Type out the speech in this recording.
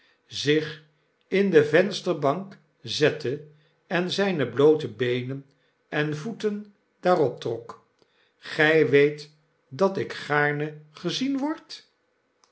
zich in de vensterbank zette en zijne bloote beenen en voeten daarop trok gy weet dat ik gaarne gezien word